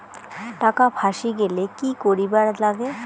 টাকা ফাঁসি গেলে কি করিবার লাগে?